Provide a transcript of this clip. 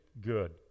good